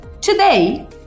Today